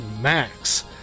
Max